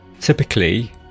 Typically